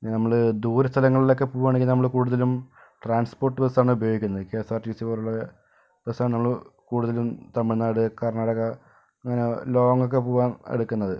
പിന്നെ നമ്മള് ദൂര സ്ഥലങ്ങളിൽ ഒക്കെ പോകുകയാണെങ്കിൽ നമ്മൾ കൂടുതലും ട്രാൻസ്പോർട്ട് ബസാണ് ഉപയോഗിക്കുന്നത് K S R T C പോലെയുള്ള ബസ്സാണ് നമ്മൾ കൂടുതലും തമിഴ്നാട് കർണാടക അങ്ങനെ ലോങ്ങ് ഒക്കെ പോകാൻ എടുക്കുന്നത്